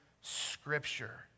Scripture